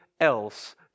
else